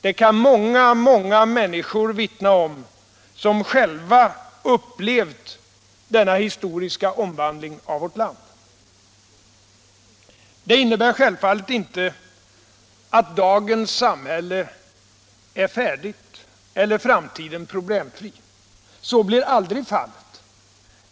Det kan många människor vittna om som själva upplevt denna historiska omvandling av vårt land. Detta innebär självfallet inte att dagens samhälle är färdigt eller framtiden problemfri. Så blir aldrig fallet.